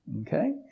Okay